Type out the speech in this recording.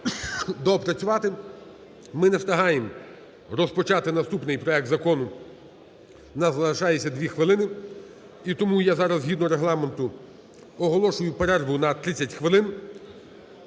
Ми не встигаємо розпочати наступний проект закону. У нас залишається 2 хвилини. І тому я зараз згідно Регламенту оголошую перерву на 30 хвилин.